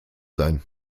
sein